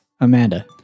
Amanda